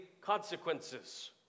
consequences